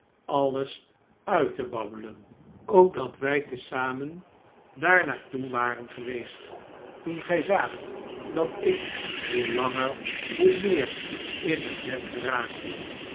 alles uit te babbelen ook dat wij te zamen daarnaar toe waren geweest toen gij zaagt dat ik hoe langer hoe meer in het net geraakte